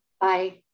Bye